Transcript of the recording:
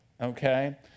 Okay